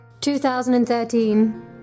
2013